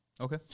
Okay